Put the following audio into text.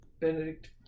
Benedict